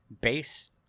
base